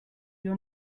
your